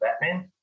Batman